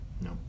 No